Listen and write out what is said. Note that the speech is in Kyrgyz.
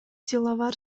диловар